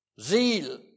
Zeal